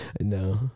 no